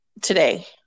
today